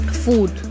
food